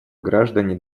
граждане